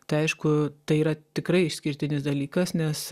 tai aišku tai yra tikrai išskirtinis dalykas nes